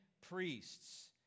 priests